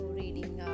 reading